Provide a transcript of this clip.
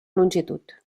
longitud